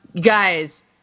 Guys